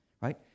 right